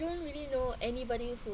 don't really know anybody who